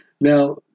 Now